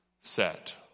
set